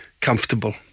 comfortable